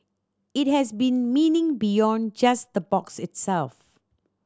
it has been meaning beyond just the box itself